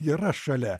yra šalia